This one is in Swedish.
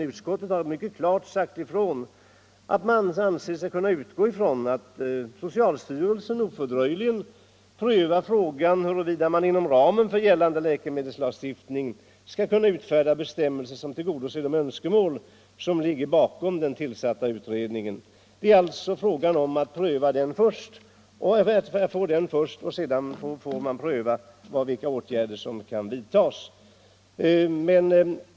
Utskottet har mycket klart sagt ifrån att utskottet anser sig kunna utgå från att socialstyrelsen ofördröjligen prövar frågan huruvida man inom ramen för gällande läkemedelslagstiftning skall kunfta utfärda bestämmelser som tillgodoser de önskemål som ligger bakom den tillsatta utredningen. Det är alltså fråga om att först få utredningens förslag och sedan pröva vilka åtgärder som kan vidtas.